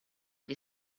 gli